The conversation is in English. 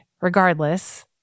Regardless